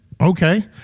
okay